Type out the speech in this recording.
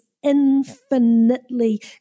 infinitely